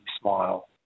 smile